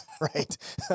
Right